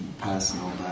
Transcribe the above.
personal